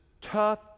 tough